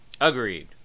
Agreed